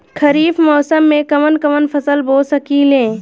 खरिफ मौसम में कवन कवन फसल बो सकि ले?